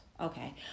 okay